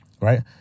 right